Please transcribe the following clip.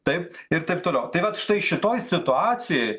taip ir taip toliau tai vat štai šitoj situacijoj